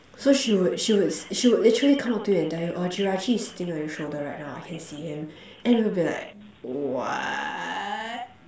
so she would she would she would actually come up to you and tell you oh jirachi is sitting on your shoulder right now I can see him and I'll be like what